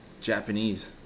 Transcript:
Japanese